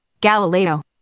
Galileo